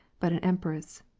but an empress.